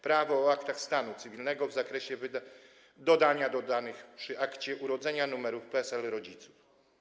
Prawo o aktach stanu cywilnego w zakresie dodania do danych przy akcie urodzenia numerów PESEL rodziców.